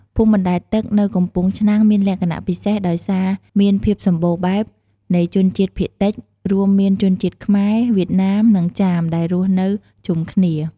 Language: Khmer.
ភូមិបណ្ដែតទឹកនៅកំពង់ឆ្នាំងមានលក្ខណៈពិសេសដោយសារមានភាពសម្បូរបែបនៃជនជាតិភាគតិច រួមមានជនជាតិខ្មែរ វៀតណាម និងចាម ដែលរស់នៅជុំគ្នា។